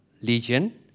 Legion